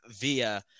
via